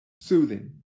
soothing